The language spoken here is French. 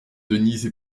denise